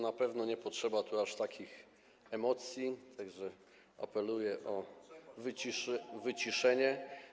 Na pewno nie potrzeba tu aż takich emocji, tak że apeluję o wyciszenie.